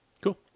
Cool